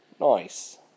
Nice